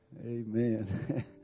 Amen